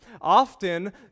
Often